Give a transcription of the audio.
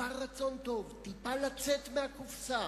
טיפה רצון טוב, טיפה לצאת מהקופסה,